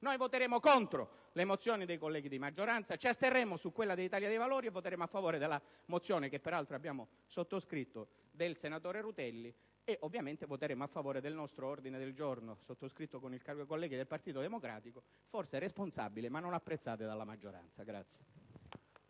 noi voteremo contro le mozioni presentate dai colleghi di maggioranza, ci asterremo su quella di Italia dei Valori e voteremo a favore della mozione, che peraltro abbiamo sottoscritto, del senatore Rutelli; ovviamente voteremo a favore del nostro ordine del giorno, sottoscritto con i colleghi del Partito Democratico, forse responsabile ma non apprezzati dalla maggioranza.